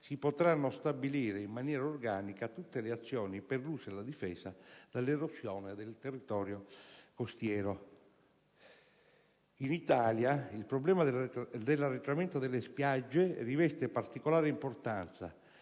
si potranno stabilire, in maniera organica, tutte le azioni per l'uso e la difesa dall'erosione del territorio costiero. In Italia il problema dell'arretramento delle spiagge riveste particolare importanza